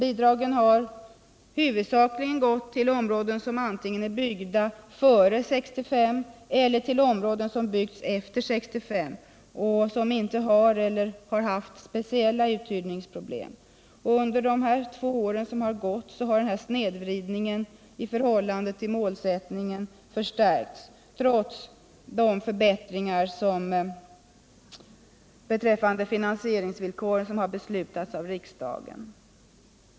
Bidragen har huvudsakligen gått till områden som antingen är byggda före 1965 eller som byggts efter 1965 och som inte har eller har haft speciella uthyrningsproblem. Under de två och ett halvt år som gått har denna snedvridning i förhållande till målsättningen dessutom förstärkts, trots de förbättringar i finansieringsvillkoren som beslutats av riksdagen.